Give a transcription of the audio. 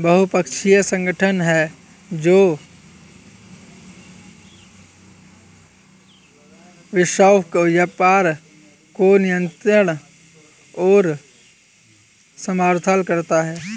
बहुपक्षीय संगठन है जो वैश्विक व्यापार को नियंत्रित और समर्थन करता है